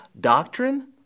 doctrine